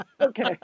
Okay